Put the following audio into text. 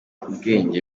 ubwenge